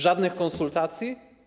Żadnych konsultacji?